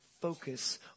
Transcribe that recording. focus